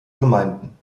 gemeinden